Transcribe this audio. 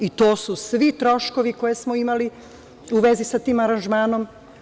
I to su svi troškove koje smo imali u vezi sa tim aranžmanom.